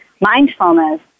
mindfulness